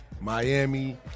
Miami